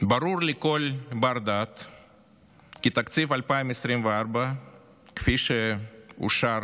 ברור לכל בר-דעת כי תקציב 2024 כפי שאושר